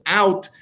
out